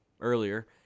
earlier